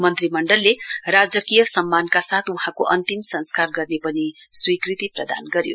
मन्त्रीमण्डलले राजवीय सम्मानका साथ वहाँको अन्तिम संस्कार गर्ने पनि स्वीकृति प्रदान गर्यो